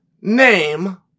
name